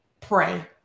Pray